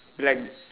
black